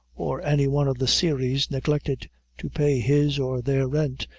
or any one of the series, neglected to pay his or their rent,